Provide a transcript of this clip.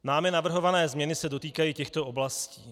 Námi navrhované změny se dotýkají těchto oblastí.